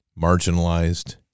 marginalized